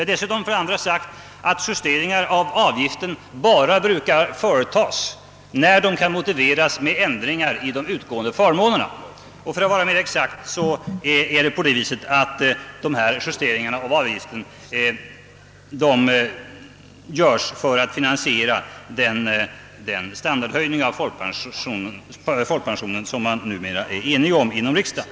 För det andra har det sagts att justeringar i avgiften bara brukar företagas när de kan motiveras med ändringar i utgående förmåner. För att vara mera exakt är det så att dessa justeringar av avgiften göres för att finansiera den höjning av folkpensionen, som man nu mera är enig om inom riksdagen.